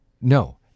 no